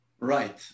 right